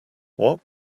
what